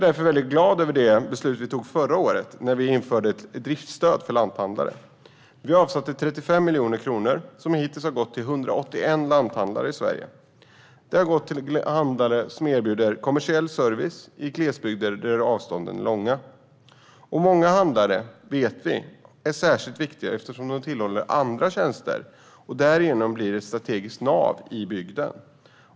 Därför är jag glad över förra årets beslut om ett driftsstöd för lanthandlare. Vi avsatte 35 miljoner kronor som hittills har gått till 181 lanthandlare i Sverige. Det ska gå till handlare som erbjuder kommersiell service i glesbygder med långa avstånd. Vi vet att många handlare är särskilt viktiga eftersom de även tillhandahåller andra tjänster. Därigenom blir de ett strategiskt nav i bygden.